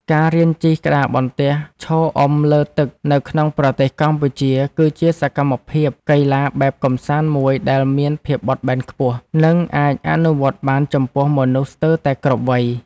ការរៀនជិះក្តារបន្ទះឈរអុំលើទឹកនៅក្នុងប្រទេសកម្ពុជា គឺជាសកម្មភាពកីឡាបែបកម្សាន្តមួយដែលមានភាពបត់បែនខ្ពស់ និងអាចអនុវត្តបានចំពោះមនុស្សស្ទើរតែគ្រប់វ័យ។